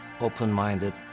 open-minded